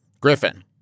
Griffin